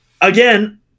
again